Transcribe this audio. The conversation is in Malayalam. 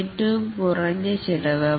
ഏറ്റവും കുറഞ്ഞ ചെലവിൽ